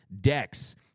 decks